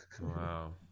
wow